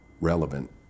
relevant